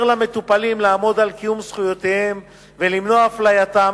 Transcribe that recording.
למטופלים לעמוד על קיום זכויותיהם ולמנוע אפלייתם,